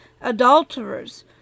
adulterers